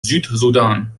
südsudan